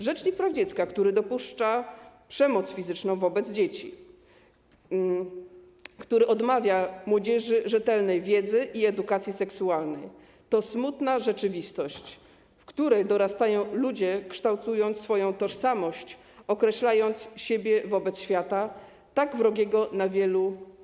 Rzecznik praw dziecka, który dopuszcza przemoc fizyczną wobec dzieci, który odmawia młodzieży dostępu do rzetelnej wiedzy i edukacji seksualnej, to smutna rzeczywistość, w której dorastają ludzie kształtujący swoją tożsamość i określający siebie wobec świata tak wrogiego na wielu płaszczyznach.